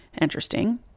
Interesting